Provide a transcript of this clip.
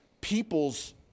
people's